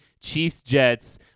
Chiefs-Jets